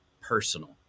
personal